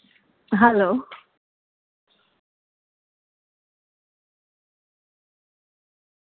hello